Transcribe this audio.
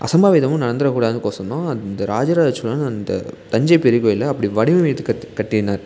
அசம்பாவிதமும் நடந்துறக்கூடாதுங்கிறக் கொசாரம் தான் இந்த ராஜ ராஜ சோழன் அந்த தஞ்சை பெரியக்கோயிலை அப்படி வடிவமைத்து கட்டி கட்டினார்